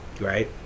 right